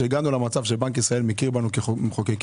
שהגענו למצב שבנק ישראל הכיר בנו כמחוקקים,